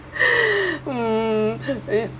um